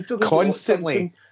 constantly